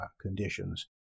conditions